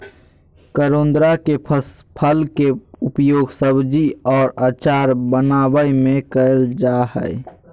करोंदा के फल के उपयोग सब्जी और अचार बनावय में कइल जा हइ